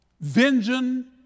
Vengeance